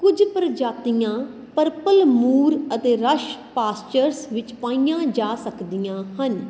ਕੁਝ ਪ੍ਰਜਾਤੀਆਂ purple moor ਅਤੇ ਰਸ਼ ਪਾਸਚਰਸ ਵਿੱਚ ਪਾਈਆਂ ਜਾ ਸਕਦੀਆਂ ਹਨ